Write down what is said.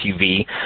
SUV